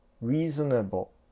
reasonable